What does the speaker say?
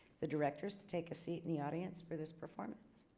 the directors to take a seat in the audience for this performance.